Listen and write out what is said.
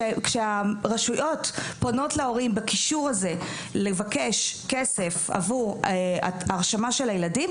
שכשהרשויות פונות להורים בקישור הזה לבקש כסף עבור הרשמה של הילדים,